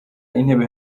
intebe